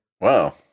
Wow